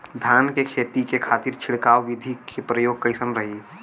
धान के खेती के खातीर छिड़काव विधी के प्रयोग कइसन रही?